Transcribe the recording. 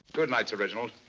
good night, sir reginald.